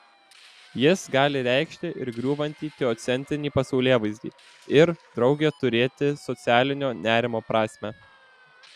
jis gali reikšti ir griūvantį teocentrinį pasaulėvaizdį ir drauge turėti socialinio nerimo prasmę